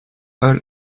all